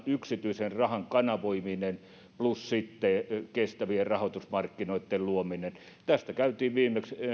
yksityisen rahan kanavoimiseen plus sitten kestävien rahoitusmarkkinoitten luomiseen tästä käytiin viimeksi